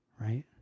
right